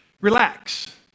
relax